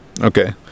Okay